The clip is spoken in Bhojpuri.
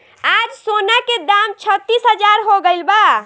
आज सोना के दाम छत्तीस हजार हो गइल बा